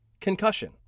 Concussion